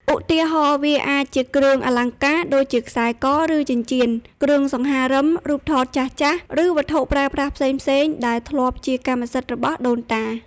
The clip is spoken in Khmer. ឧទាហរណ៍ វាអាចជាគ្រឿងអលង្ការដូចជាខ្សែក ឬចិញ្ចៀន គ្រឿងសង្ហារិម រូបថតចាស់ៗ ឬវត្ថុប្រើប្រាស់ផ្សេងៗដែលធ្លាប់ជាកម្មសិទ្ធិរបស់ដូនតា។